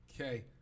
Okay